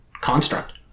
construct